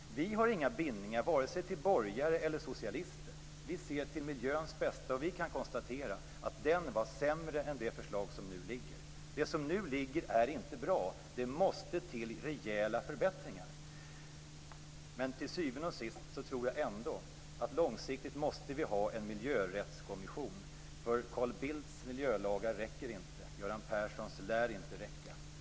Vi har inga bindningar vare sig till borgare eller till socialister. Vi ser till miljöns bästa, och vi kan konstatera att den var sämre än det förslag som nu ligger. Det som nu ligger är inte bra. Det måste till rejäla förbättringar. Men till syvende och sist tror jag ändå att vi långsiktigt måste ha en miljörättskommission. Carl Bildts miljölagar räcker inte. Göran Perssons lär inte räcka.